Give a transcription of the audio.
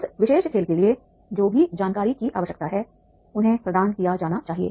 उस विशेष खेल के लिए जो भी जानकारी की आवश्यकता है उन्हें प्रदान किया जाना चाहिए